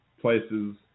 places